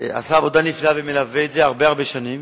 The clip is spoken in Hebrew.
עשה עבודה נפלאה ומלווה את זה הרבה הרבה שנים,